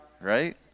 right